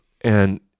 and-